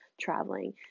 traveling